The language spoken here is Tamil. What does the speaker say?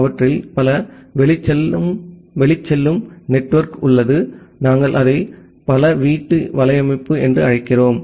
அவற்றில் பல வெளிச்செல்லும் நெட்வொர்க் உள்ளது நாங்கள் அதை பல வீட்டு வலையமைப்பு என்று அழைக்கிறோம்